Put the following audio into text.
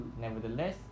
Nevertheless